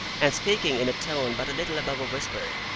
and speaking in a tone but a little above a whisper,